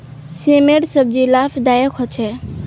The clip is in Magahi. सेमेर सब्जी लाभदायक ह छेक